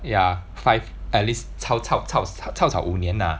ya five at least 槽槽槽跳槽五年 lah